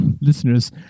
listeners